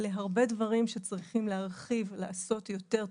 להרבה דברים שצריך להרחיב ולעשות טוב יותר,